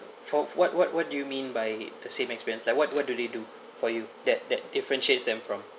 for what what what do you mean by the same experience like what what do they do for you that that differentiates them from